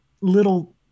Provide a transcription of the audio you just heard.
little